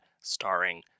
starring